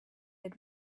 had